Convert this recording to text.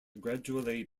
gradually